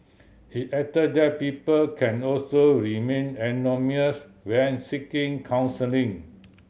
he added that people can also remain anonymous when seeking counselling